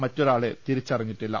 മറ്റൊരാളെ തിരിച്ചറിഞ്ഞിട്ടില്ല